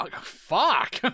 Fuck